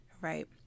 right